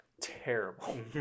terrible